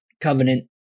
Covenant